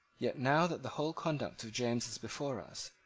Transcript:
yet, now that the whole conduct of james is before us,